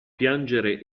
piangere